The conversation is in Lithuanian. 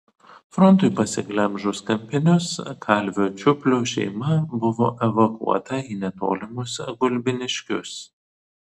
frontui pasiglemžus kampinius kalvio čiuplio šeima buvo evakuota į netolimus gulbiniškius